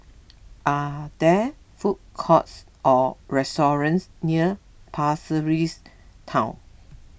are there food courts or restaurants near Pasir Ris Town